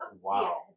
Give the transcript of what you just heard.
Wow